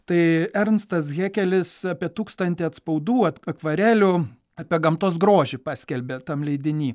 tai ernstas hėkelis apie tūkstantį atspaudų at akvarelių apie gamtos grožį paskelbė tam leidiny